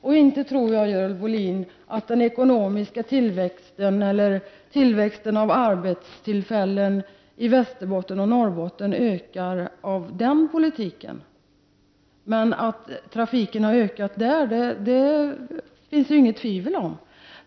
Jag tror inte, Görel Bohlin, att den ekonomiska tillväxten eller tillväxten i fråga om arbetstillfällen i Västerbotten och Norrbotten ökar genom den politiken. Att trafiken har ökat där finns det emellertid inte något tvivel om.